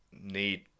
need